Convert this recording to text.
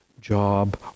job